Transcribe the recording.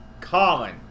Colin